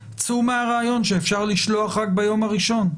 צאו מהרעיון שאפשר לשלוח רק ביום הראשון.